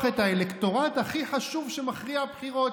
את האלקטורט הכי חשוב שמכריע בחירות: